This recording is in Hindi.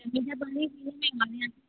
मीठा पानी